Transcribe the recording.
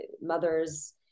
mothers